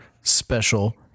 special